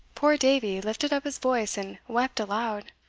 poor davie lifted up his voice and wept aloud.